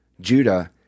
Judah